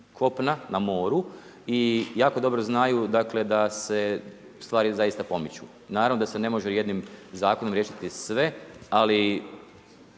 kopna, na moru i jako dobro znaju dakle da se stvari zaista pomiču. Naravno da se ne može jednim zakonom riješiti sve, ali